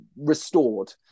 restored